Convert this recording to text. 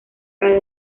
cada